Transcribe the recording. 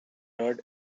not